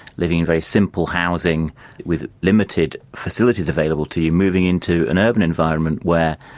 living in very simple housing with limited facilities available to you, moving into an urban environment where,